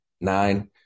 nine